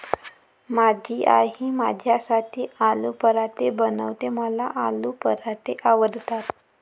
माझी आई माझ्यासाठी आलू पराठे बनवते, मला आलू पराठे आवडतात